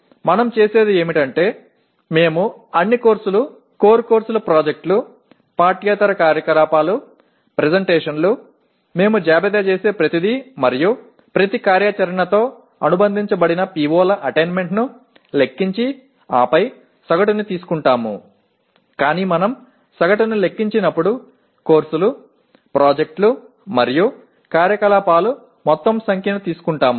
நாம் செய்வது யாது எனில் அனைத்து பாடங்கள் முக்கிய பாடங்கள் திட்டங்கள் பாடநெறிக்கு அப்பாற்பட்ட செயல்பாடுகள் விளக்கக்காட்சிகள் அனைத்தையும் நாங்கள் பட்டியலிட்டு ஒவ்வொரு செயலுடனும் தொடர்புடைய POக்களை அடைவதைக் கணக்கிட்டு பின்னர் சராசரியை எடுத்துக்கொள்கிறோம் ஆனால் சராசரியைக் கணக்கிடும்போது பாடங்கள் திட்டங்கள் மற்றும் செயல்பாடுகள் ஆகியவற்றின் மொத்த எண்ணிக்கையை எடுத்துக்கொள்கிறோம்